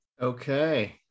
Okay